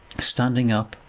standing up,